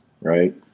Right